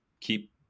keep